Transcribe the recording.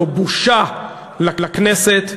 זו בושה לכנסת,